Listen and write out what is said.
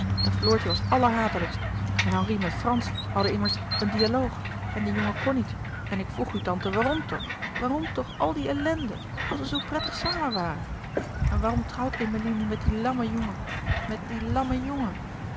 en floortje was allerhatelijkst en henri met frans haddenimmers een dialoog en de jongen kon niet en ik vroeg u tante waarom toch waarom toch al die ellende als we zoo pret tig samen waren en waarom trouwt emilie nu met dien lammen jongen met dien lammen jongen